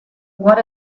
what